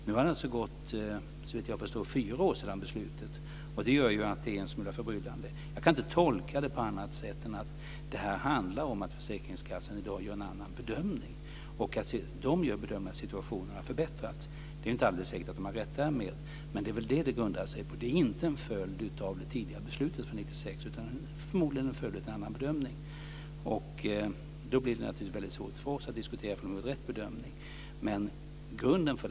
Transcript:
Nu har det såvitt jag förstår gått fyra år sedan beslutet. Det gör att det är en smula förbryllande. Jag kan inte tolka det på annat sätt än att det handlar om att försäkringskassan i dag gör en annan bedömning, och den gör bedömningen att situationen har förbättrats. Det är inte alldeles säkert att den därmed har rätt. Men det är väl vad beslutet grundar sig på. Det är inte en följd av det tidigare beslutet från 1996, utan förmodligen en följd av en annan bedömning. Då blir det väldigt svårt för oss att diskutera om försäkringskassan gjorde en rätt bedömning.